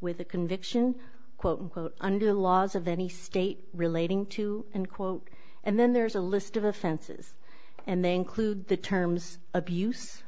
with a conviction quote unquote under the laws of any state relating to end quote and then there's a list of offenses and they include the terms abuse